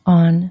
on